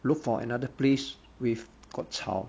look for another place with got 草